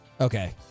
Okay